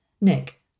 Nick